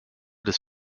des